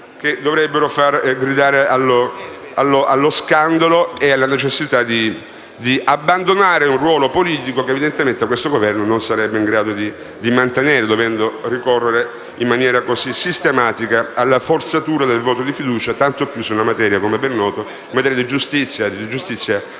che dovrebbero far gridare allo scandalo e alla necessità di abbandonare un ruolo politico che evidentemente questo Governo non sarebbe in grado di mantenere, dovendo ricorrere in maniera così sistematica alla forzatura del voto di fiducia, tanto più se in materia di giustizia e di magistrati,